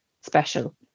special